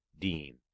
Dean